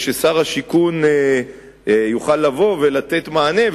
וששר השיכון יוכל לבוא ולתת מענה.